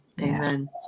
Amen